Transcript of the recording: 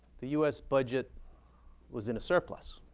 the us budget was in a surplus.